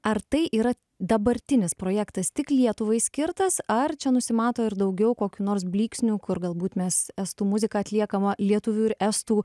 ar tai yra dabartinis projektas tik lietuvai skirtas ar čia nusimato ir daugiau kokių nors blyksnių kur galbūt mes estų muzika atliekama lietuvių ir estų